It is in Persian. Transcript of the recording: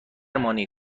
مانعی